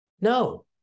No